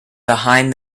behind